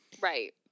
right